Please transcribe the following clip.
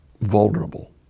vulnerable